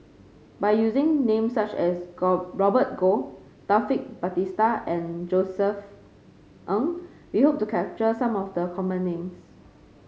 by using names such as Robert Goh Taufik Batisah and Josef Ng we hope to capture some of the common names